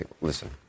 Listen